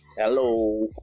Hello